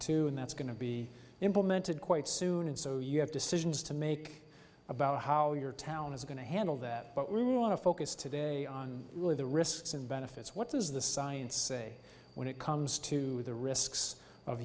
too and that's going to be implemented quite soon and so you have decisions to make about how your town is going to handle that but we want to focus today on really the risks and benefits what does the science say when it comes to the risks of